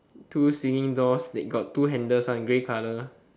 two swinging doors that got two handles one grey colour